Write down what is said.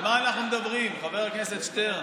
על מה אנחנו מדברים, חבר הכנסת שטרן?